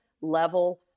level